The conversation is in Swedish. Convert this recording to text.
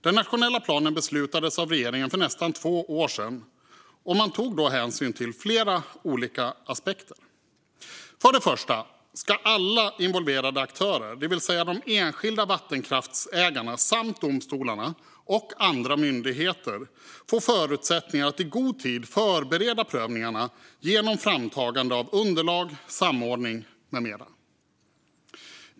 Den nationella planen beslutades av regeringen för nästan två år sedan, och man tog då hänsyn till flera olika aspekter. För det första ska alla involverade aktörer, det vill säga de enskilda vattenkraftsägarna samt domstolarna och andra myndigheter, få förutsättningar att i god tid förbereda prövningarna genom framtagande av underlag, samordning med mera.